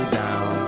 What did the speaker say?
down